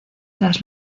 tras